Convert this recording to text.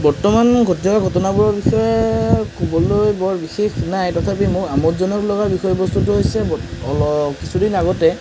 বৰ্তমান ঘটি থকা ঘটনাবোৰৰ বিষয়ে ক'বলৈ বৰ বিশেষ নাই তথাপি মোৰ আমোদজনক লগা বিষয়বস্তুটো হৈছে কিছুদিনৰ আগতে